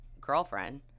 girlfriend